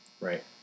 Right